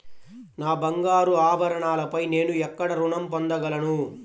నా బంగారు ఆభరణాలపై నేను ఎక్కడ రుణం పొందగలను?